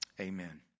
Amen